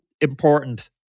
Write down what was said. important